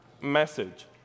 message